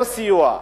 יקבלו יותר סיוע.